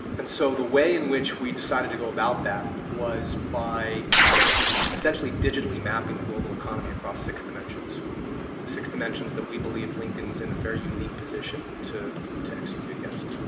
and so the way in which we decided to go about that, was by essentially digitally mapping the global economy across six dimensions. the six dimensions that we believed linkedin was in a very unique position to to execute against.